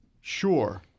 sure